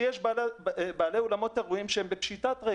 שיש בעלי אולמות אירועים שהם בפשיטת רגל.